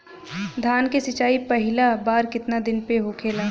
धान के सिचाई पहिला बार कितना दिन पे होखेला?